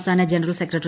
സംസ്ഥാന general secretary